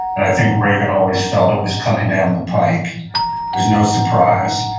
i think reagan always felt it was coming down the pike. it was no surprise.